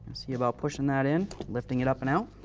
see about pushing that in, lifting it up and out.